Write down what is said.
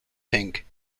pink